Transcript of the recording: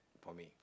for me